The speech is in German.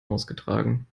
ausgetragen